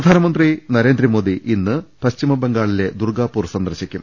പ്രധാനമന്ത്രി നരേന്ദ്രമോദി ഇന്ന് പശ്ചിമ ബംഗാളിലെ ദുർഗാപൂർ സന്ദർശിക്കും